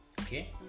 Okay